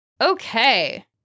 Okay